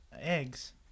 Eggs